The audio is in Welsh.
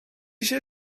eisiau